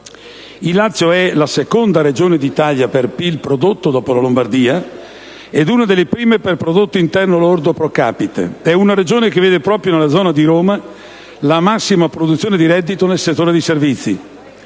Il Lazio è la seconda regione d'Italia per PIL prodotto dopo la Lombardia ed una delle prime per prodotto interno lordo *pro capite*; è una regione che vede proprio nella zona di Roma la massima produzione di reddito nel settore dei servizi.